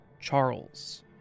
Charles